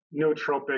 nootropic